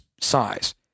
size